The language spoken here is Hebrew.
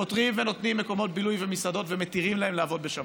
פוטרים מקומות בילוי ומסעדות ומתירים להם לעבוד בשבת.